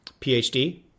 PhD